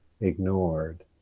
ignored